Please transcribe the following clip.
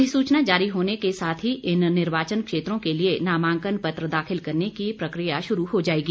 अधिसूचना जारी होने के साथ ही इन निर्वाचन क्षेत्रों के लिए नामांकन पत्र दाखिल करने की प्रक्रिया शुरू हो जाएगी